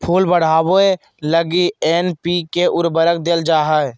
फूल बढ़ावे लगी एन.पी.के उर्वरक देल जा हइ